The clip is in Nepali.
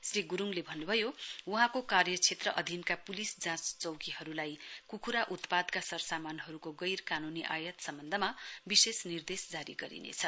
श्री गुरुङले भन्नुभयो वहाँको कार्यक्षेत्र अधीनका पुलिस जाँच चौकीहरुलाई कुखुरा उत्पादका सरसामानहरुको गैर कानूनी आयात सम्वन्धमा विशेष निर्देश जारी गरिनेछ